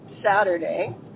saturday